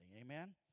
Amen